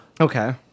Okay